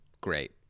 great